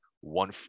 one